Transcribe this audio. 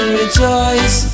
rejoice